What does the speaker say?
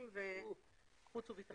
כספים וחוץ וביטחון.